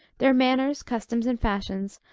their manners, customs, and fashions,